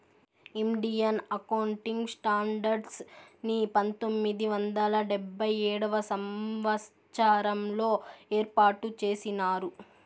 Indian accounting standards ని పంతొమ్మిది వందల డెబ్భై ఏడవ సంవచ్చరంలో ఏర్పాటు చేసినారు